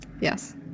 yes